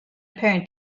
parent